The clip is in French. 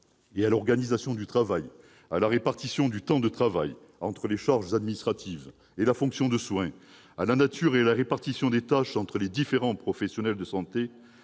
et à l'organisation du travail, la répartition du temps de travail entre les charges administratives et la fonction de soins, la nature et la répartition des tâches entre les différents professionnels de santé,